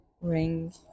Ring